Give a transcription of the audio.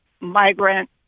migrant